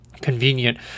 convenient